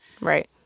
Right